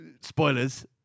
Spoilers